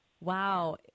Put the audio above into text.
wow